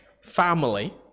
family